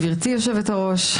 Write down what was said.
גברתי היושבת-ראש,